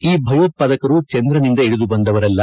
ಈ ಭಯೋತ್ಪಾದಕರು ಚಂದ್ರನಿಂದ ಇಳಿದು ಬಂದವರಲ್ಲ